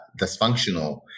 dysfunctional